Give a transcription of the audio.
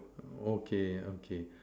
okay okay